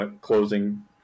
closing